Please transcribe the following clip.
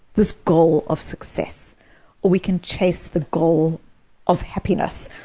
this goal of success, or we can chase the goal of happiness.